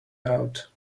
out